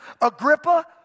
Agrippa